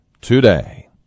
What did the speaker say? today